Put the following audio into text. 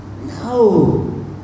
No